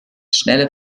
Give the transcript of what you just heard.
schnelle